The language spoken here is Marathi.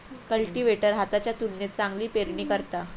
कल्टीवेटर हाताच्या तुलनेत चांगली पेरणी करता